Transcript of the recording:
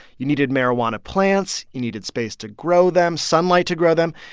you needed marijuana plants. you needed space to grow them, sunlight to grow them.